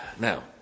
Now